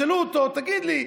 ישאלו אותו: תגיד לי,